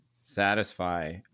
satisfy